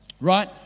right